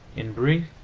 in brief,